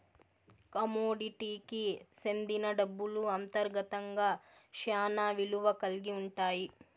కమోడిటీకి సెందిన డబ్బులు అంతర్గతంగా శ్యానా విలువ కల్గి ఉంటాయి